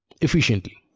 efficiently